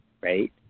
right